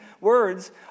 words